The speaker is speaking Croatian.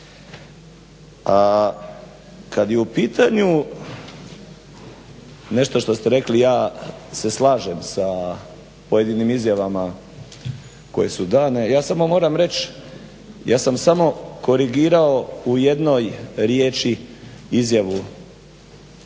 Kad je u pitanju nešto što ste rekli ja se slažem sa pojedinim izjavama koje su dane, ja samo moram reći ja sam samo korigirao u jednoj riječi izjavu